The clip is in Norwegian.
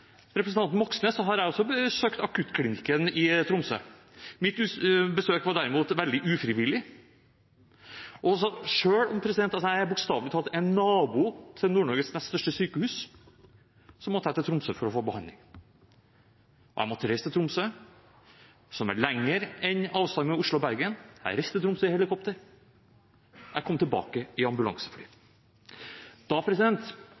representanten Moxnes har jeg også besøkt akuttklinikken i Tromsø. Mitt besøk var derimot veldig ufrivillig. Selv om jeg bokstavelig talt er nabo til Nord-Norges neste største sykehus, måtte jeg til Tromsø for å få behandling. Jeg måtte reise til Tromsø. Avstanden er lengre enn avstanden Oslo–Bergen. Jeg reiste til Tromsø i helikopter. Jeg kom tilbake i